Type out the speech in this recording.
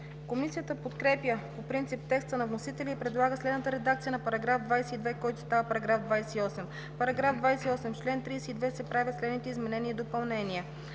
Комисията подкрепя по принцип текста на вносителя и предлага следната редакция на § 23, който става § 29: „§ 29. В чл. 33 се правят следните изменения и допълнения: